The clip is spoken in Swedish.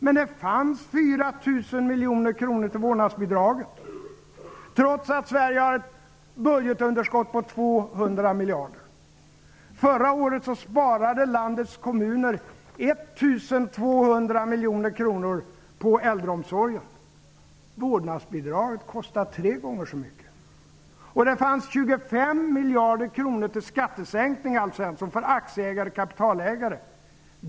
Men det fanns 4 000 miljoner kronor till vårdnadsbidraget, trots att Sverige har ett budgetunderskott på 200 miljarder. Vårdnadsbidraget kostar tre gånger så mycket. Det fanns 25 miljarder kronor till skattesänkning för aktieägare och kapitalägare.